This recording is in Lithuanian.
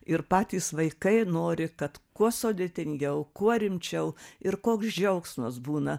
ir patys vaikai nori kad kuo sudėtingiau kuo rimčiau ir koks džiaugsmas būna